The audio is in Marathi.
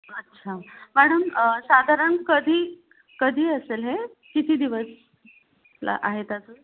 अच्छा मॅडम साधारण कधी कधी असेल हे किती दिवस ला आहे त्याचं